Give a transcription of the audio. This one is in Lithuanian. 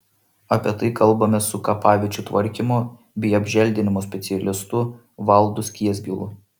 apie tai kalbamės su kapaviečių tvarkymo bei apželdinimo specialistu valdu skiesgilu